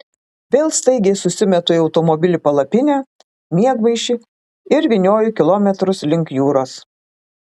vėl staigiai susimetu į automobilį palapinę miegmaišį ir vynioju kilometrus link jūros